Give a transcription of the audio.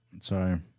Sorry